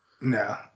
No